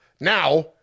now